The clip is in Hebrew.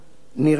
נראה לי,